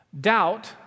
Doubt